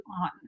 on